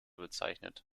bezeichnet